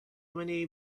many